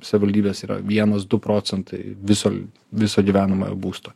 savivaldybės yra vienas du procentai viso viso gyvenamojo būsto